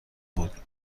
بود